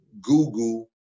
Google